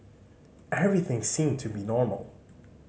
everything seemed to be normal